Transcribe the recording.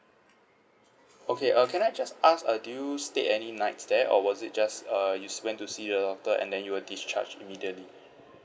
okay err can I just ask uh do you stayed any nights there or was it just uh you went to see the doctor and then you were discharged immediately